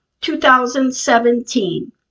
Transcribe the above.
2017